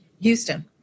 Houston